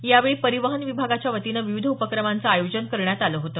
यावेळी परिवहन विभागाच्या वतीनं विविध उपक्रमांचं आयोजन करण्यात आलं होतं